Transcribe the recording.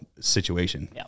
situation